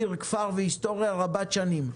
עיר, כפר והיסטוריה רבת שנים.